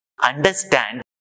understand